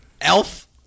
Elf